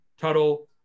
Tuttle